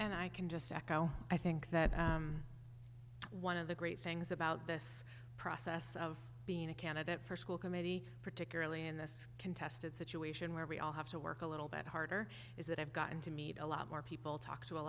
and i can just echo i think that one of the great things about this process of being a candidate for school committee particularly in this contested situation where we all have to work a little bit harder is that i've gotten to meet a lot more people talk to a